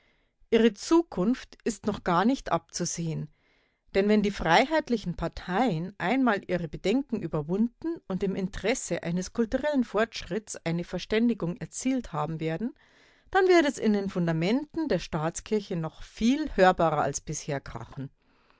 ihre zukunft ist noch gar nicht abzusehen denn wenn die freiheitlichen parteien einmal ihre bedenken überwunden und im interesse eines kulturellen fortschritts eine verständigung erzielt haben werden dann wird es in den fundamenten der staatskirche noch viel hörbarer als bisher krachen